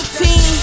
team